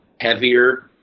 heavier